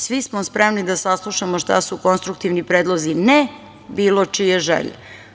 Svi smo spremni da saslušamo šta su konstruktivni predlozi - ne bilo čije želje.